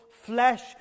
...flesh